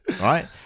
right